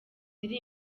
iri